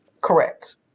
Correct